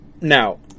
now